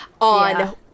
on